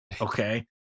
Okay